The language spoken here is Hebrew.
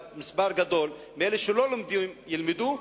אבל מספר גדול מאלה שלא לומדים ילמדו,